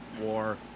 War